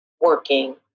working